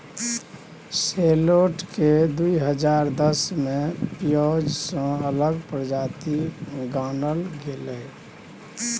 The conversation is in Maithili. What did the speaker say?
सैलोट केँ दु हजार दस मे पिओज सँ अलग प्रजाति गानल गेलै